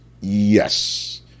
Yes